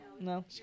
No